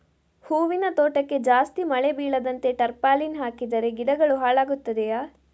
ಹೂವಿನ ತೋಟಕ್ಕೆ ಜಾಸ್ತಿ ಮಳೆ ಬೀಳದಂತೆ ಟಾರ್ಪಾಲಿನ್ ಹಾಕಿದರೆ ಗಿಡಗಳು ಹಾಳಾಗುತ್ತದೆಯಾ?